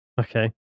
Okay